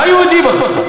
מה יהודי בך?